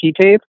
tape